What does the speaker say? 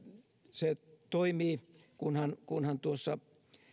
se toimii kunhan kunhan tuossa